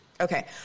Okay